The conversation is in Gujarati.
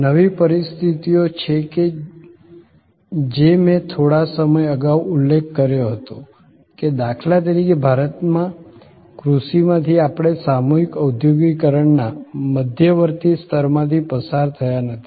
નવી પરિસ્થિતિઓ છે જે મેં થોડા સમય અગાઉ ઉલ્લેખ કર્યો હતો કે દાખલા તરીકે ભારતમાં કૃષિમાંથી આપણે સામૂહિક ઔદ્યોગિકીકરણના મધ્યવર્તી સ્તરમાંથી પસાર થયા નથી